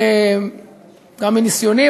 גם מניסיוני,